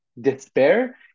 despair